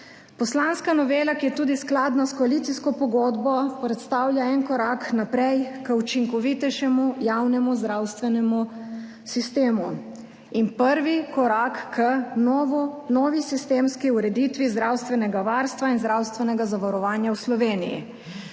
Poslanska novela, ki je skladna tudi s koalicijsko pogodbo, predstavlja en korak naprej k učinkovitejšemu javnemu zdravstvenemu sistemu in prvi korak k novi sistemski ureditvi zdravstvenega varstva in zdravstvenega zavarovanja v Sloveniji.